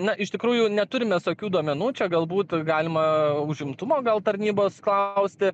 na iš tikrųjų neturim mes tokių duomenų čia galbūt galima užimtumo gal tarnybos klausti